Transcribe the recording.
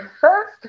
first